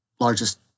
largest